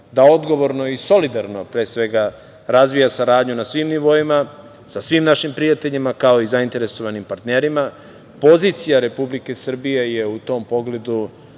da odgovorno i solidarno, pre svega, razvija saradnju na svim nivoima, sa svim našim prijateljima, kao i zainteresovanim partnerima. Pozicija Republike Srbije je u tom pogledu